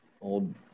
Old